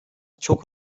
çok